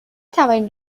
توانید